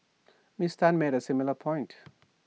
miss Tan made A similar point